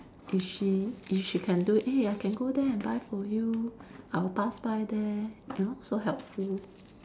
if she if she can do eh I can go there and buy for you I'll pass by there you know so helpful